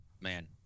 man